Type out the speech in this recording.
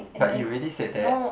but you already said that